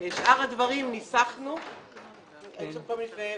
שאר הדברים ניסחנו והסכמנו.